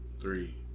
three